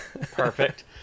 perfect